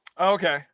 Okay